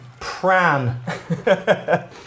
Pran